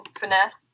finesse